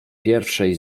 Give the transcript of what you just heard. pierwszej